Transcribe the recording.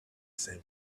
same